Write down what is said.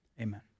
Amen